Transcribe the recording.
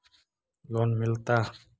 Loan मिलता?